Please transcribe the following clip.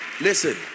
listen